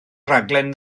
raglen